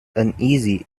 uneasy